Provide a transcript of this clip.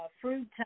fruit